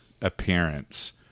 appearance